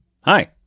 Hi